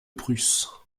prusse